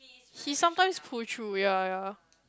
he sometimes pull through ya ya